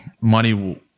money